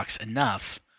enough